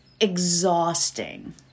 exhausting